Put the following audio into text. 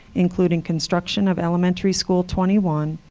including construction of elementary school twenty one,